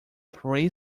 three